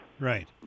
right